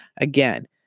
Again